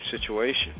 situation